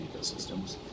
ecosystems